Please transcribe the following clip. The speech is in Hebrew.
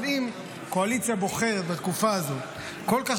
אבל אם קואליציה בוחרת בתקופה הזאת כל כך